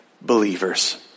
believers